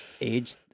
age